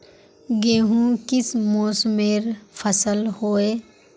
गेहूँ किस मौसमेर फसल होय?